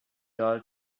all